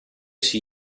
zie